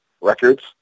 records